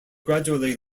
gradually